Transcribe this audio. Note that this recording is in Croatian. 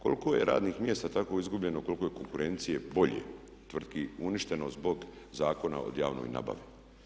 Koliko je radnih mjesta tako izgubljeno koliko je konkurencije i boljih tvrtki uništeno zbog Zakona o javnoj nabavi?